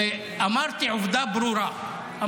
אמרתי עובדה ברורה.